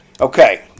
Okay